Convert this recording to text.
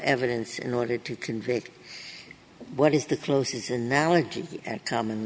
evidence in order to convict what is the closest analogy com